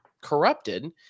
corrupted